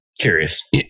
curious